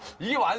you